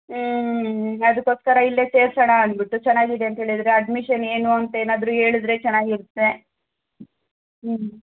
ಹ್ಞೂ ಅದಕ್ಕೋಸ್ಕರ ಇಲ್ಲೆ ಸೇರಿಸೋಣ ಅಂದ್ಬಿಟ್ಟು ಚೆನ್ನಾಗಿದೆ ಅಂತ ಹೇಳಿದರೆ ಅಡ್ಮಿಶನ್ ಏನು ಅಂತೇನಾದರೂ ಹೇಳಿದರೆ ಚೆನ್ನಾಗಿರುತ್ತೆ ಹ್ಞೂ